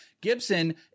Gibson